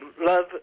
love